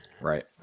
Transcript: Right